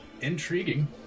intriguing